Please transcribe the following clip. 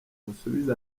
musubize